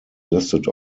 listed